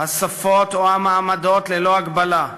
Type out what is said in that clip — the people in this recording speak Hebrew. השפות או המעמדות, ללא הגבלה.